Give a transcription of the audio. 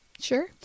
Sure